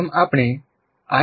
જેમ આપણે આઈ